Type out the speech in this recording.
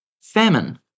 Famine